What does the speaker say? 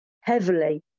heavily